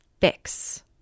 fix